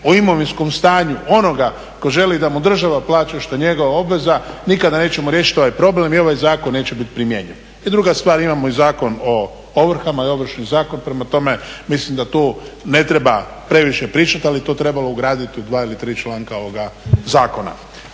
o imovinskom stanju onoga tko želi da mu država plaća što je njegova obveza nikada nećemo riješiti ovaj problem i ovaj zakon neće biti primjenjiv. I druga stvar, imamo i Zakon o ovrhama ili Ovršni zakon prema tome mislim da tu ne treba previše pričati ali je to trebalo ugraditi u dva ili tri članka ovoga zakona.